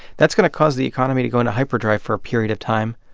that's going to cause the economy to go into hyperdrive for a period of time,